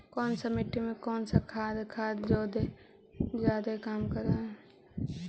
कौन सा मिट्टी मे कौन सा खाद खाद जादे काम कर हाइय?